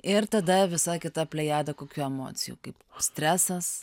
ir tada visa kita plejada kokių emocijų kaip stresas